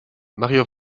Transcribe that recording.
mario